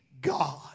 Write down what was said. God